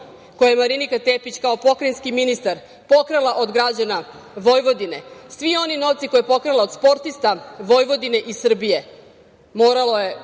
koje je Marinika Tepić kao pokrajinski ministar pokrala od građana Vojvodine, svi oni novci koje je pokrala od sportista Vojvodine i Srbije. Moralo je